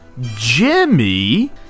Jimmy